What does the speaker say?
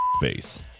Face